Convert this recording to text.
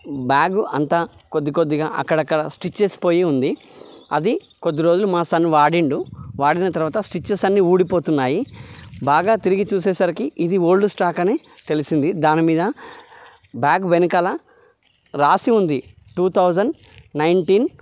bag అంతా కొద్దికొద్దిగా అక్కడక్కడ స్టిచ్చెస్ పోయి ఉంది అది కొద్దిరోజులు మా సన్ వాడాడు వాడిన తరవాత స్టిచ్చెస్ అన్నీ ఊడిపోతున్నాయి బాగా తిరిగి చూసేసరికి ఇది ఓల్డ్ స్టాక్ అని తెలిసింది దానిమీద బ్యాగ్ వెనకాల రాసి ఉంది టూ థౌజండ్ నైంటీన్